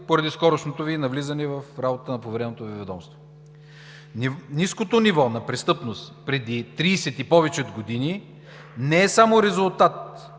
поради скорошното навлизане в работата на повереното Ви ведомство. Ниското ниво на престъпност преди 30 и повече години не е само в резултат